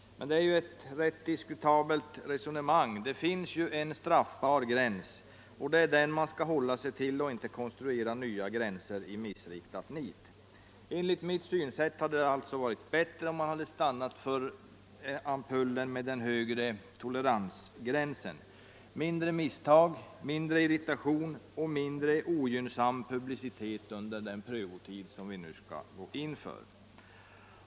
Men det är ett rätt diskutabelt resonemang. Det finns ju en gräns för straffbarhet, och det är den man skall hålla sig till och inte konstruera nya gränser i missriktat nit. Enligt mitt synsätt hade det alltså varit bättre om man hade stannat för ampullen med den högre toleransgränsen. Det hade blivit mindre misstag, mindre irritation och mindre ogynnsam publicitet under den prövotid som vi nu skall gå in för.